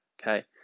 okay